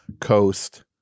Coast